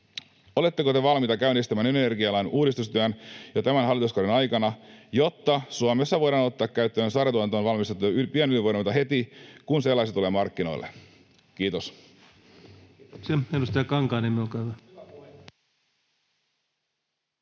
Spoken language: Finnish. oletteko te valmiita käynnistämään energialain uudistustyön jo tämän hallituskauden aikana, jotta Suomessa voidaan ottaa käyttöön sarjatuotantona valmistettavia pienydinvoimaloita heti, kun sellaisia tulee markkinoille? — Kiitos.